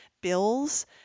Bill's